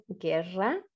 Guerra